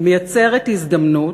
היא מייצרת הזדמנות